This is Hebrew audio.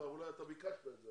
אולי אתה ביקשת את זה,